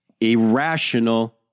irrational